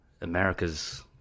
America's